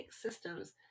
systems